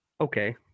okay